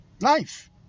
life